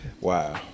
Wow